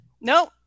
No